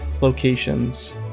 locations